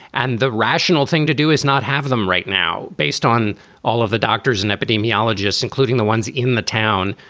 and the rational thing to do is not have them right now based on all of the doctors and epidemiologists, including the ones in the town.